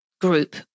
group